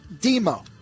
Demo